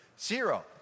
Zero